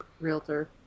Realtor